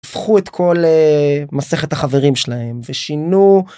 הפכו את כל מסכת החברים שלהם ושינו